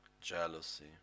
jealousy